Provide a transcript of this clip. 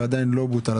וזה עדיין לא בוטל.